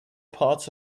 part